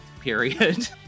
period